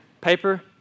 paper